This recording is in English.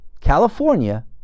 California